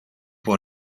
può